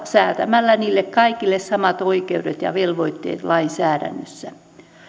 säätämällä niille kaikille samat oikeudet ja velvoitteet lainsäädännössä